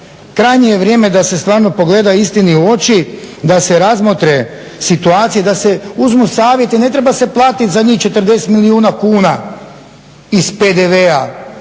Krajnje je vrijeme da se stvarno pogleda istini u oči, da se razmotre situacije, da se uzmu savjeti, ne treba se platit za njih 40 milijuna kuna iz PDV-a